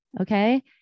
Okay